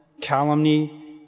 calumny